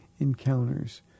encounters